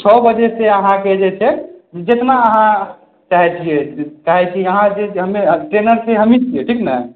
चारि बजे सॅं अहाँके जे छै जेतना अहाँ चाहै छियै जानै छियै अहाँ जे ट्रेनर हमही छियै